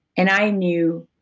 and i knew.